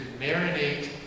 marinate